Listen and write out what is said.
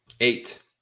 Eight